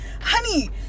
honey